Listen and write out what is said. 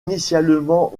initialement